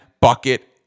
bucket